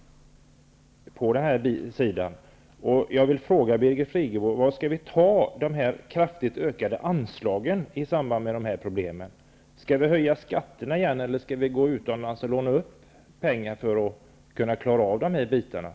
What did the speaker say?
Jag vill fråga Birgit Friggebo: Varifrån skall vi ta de kraftigt ökade anslagen som behövs i samband med dessa problem? Skall vi höja skatterna, eller skall vi låna pengar utomlands för att klara av de problem som uppstår?